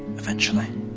and eventually.